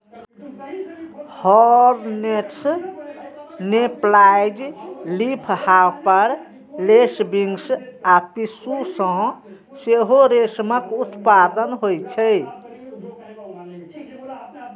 hornets, mayflies, leafhopper, lacewings आ पिस्सू सं सेहो रेशमक उत्पादन होइ छै